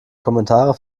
kommentare